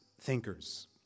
thinkers